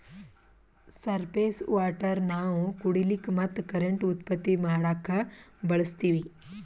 surface water ನಾವ್ ಕುಡಿಲಿಕ್ಕ ಮತ್ತ್ ಕರೆಂಟ್ ಉತ್ಪತ್ತಿ ಮಾಡಕ್ಕಾ ಬಳಸ್ತೀವಿ